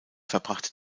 verbrachte